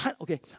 okay